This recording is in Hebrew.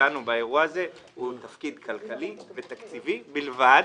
באירוע הזה הוא תפקיד כלכלי ותקציבי בלבד.